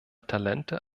talente